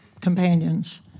companions